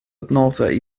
adnoddau